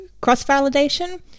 cross-validation